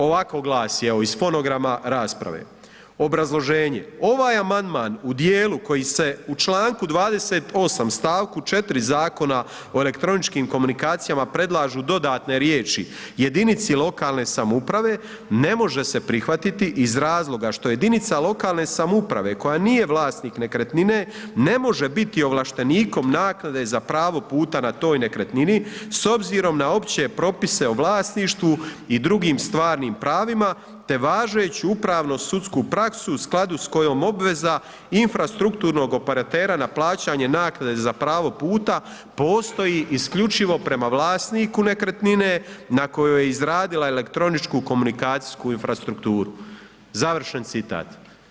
Ovako glasi iz fonograma rasprave, obrazloženje ovaj amandman u dijelu koji se u Članku 28. stavku 4. Zakona o elektroničkim komunikacijama predlažu dodatne riječi: „jedinici lokalne samouprave“ ne može se prihvatiti iz razloga što jedinica lokalne samouprave koja nije vlasnik nekretnine ne može biti ovlaštenikom naknade za pravo puta na toj nekretnini s obzirom na opće propise o vlasništvu i drugim stvarnim pravima te važeću upravno sudsku praksu u skladu s kojom obveza infrastrukturnog operatera na plaćanje naknade za pravo puta postoji isključivo prema vlasniku nekretnine na kojoj je izradila elektroničku komunikacijsku infrastrukturu, završen citat.